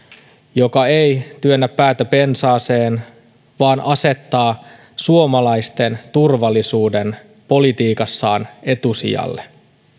joka ei työnnä päätä pensaaseen vaan asettaa suomalaisten turvallisuuden politiikassaan etusijalle